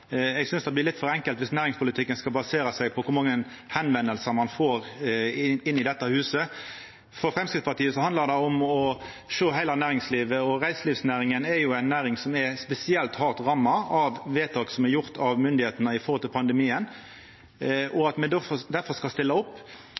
Eg synest det blir litt for enkelt viss næringspolitikken skal basera seg på kor mange førespurnadar ein får inn i dette huset. For Framstegspartiet handlar det om å sjå heile næringslivet. Reiselivsnæringa er ei næring som er spesielt hardt ramma av vedtak som er gjorde av myndigheitene med tanke på pandemien, og